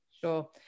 Sure